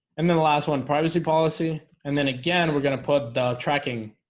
and then the last one privacy policy and then again, we're gonna put tracking